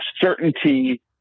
certainty